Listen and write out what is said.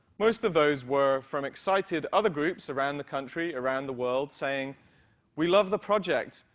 most of those were from excited other groups around the country around the world saying we love the project,